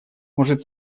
может